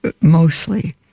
mostly